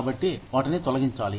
కాబట్టి వాటిని తొలగించాలి